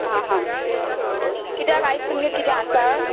आ हा किद्याक आयज तुमगेर किदें आसा